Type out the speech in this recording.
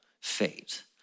fate